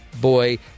Boy